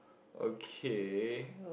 okay